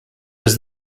was